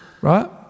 right